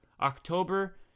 October